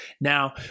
Now